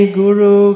guru